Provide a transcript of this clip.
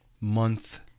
month